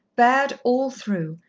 bad all through,